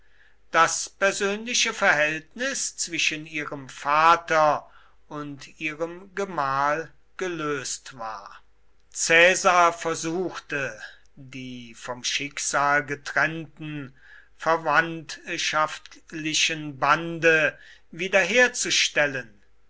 das persönliche verhältnis zwischen ihrem vater und ihrem gemahl gelöst war caesar versuchte die vom schicksal getrennten verwandtschaftlichen bande wiederherzustellen